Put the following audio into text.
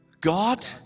God